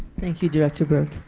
thank you director burke.